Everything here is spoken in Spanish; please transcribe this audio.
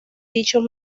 dichos